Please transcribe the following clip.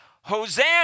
Hosanna